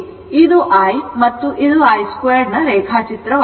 ಇದು i ಮತ್ತು ಇದು i 2 ರೇಖಾಚಿತ್ರವಾಗಿದೆ